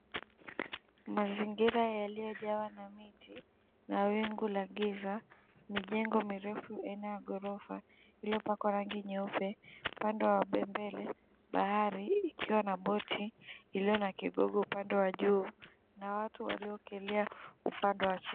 Mazingira iliyojaa na miti na wingu la giza, mijengo mirefu aina ya ghorofa iliyopakwa rangi nyeupe upande wa mbele bahari ikiwa na boti iliyo na kigogo upande wa juu na watu walioekelea upande wa chini.